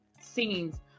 scenes